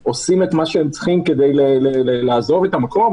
המקצועיים עושים את מה שהם צריכים כדי לעזוב את המקום,